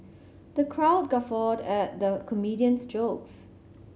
the crowd guffawed at the comedian's jokes